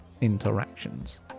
interactions